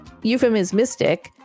euphemismistic